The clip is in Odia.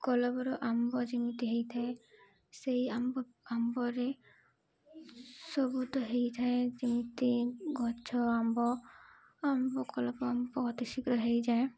କଲପର ଆମ୍ବ ଯେମିତି ହେଇଥାଏ ସେଇ ଆମ୍ବ ଆମ୍ବରେ ସବୁ ତ ହେଇଥାଏ ଯେମିତି ଗଛ ଆମ୍ବ ଆମ୍ବ କଲାପ ଆମ୍ବ ଅତିଶୀଘ୍ର ହେଇଯାଏ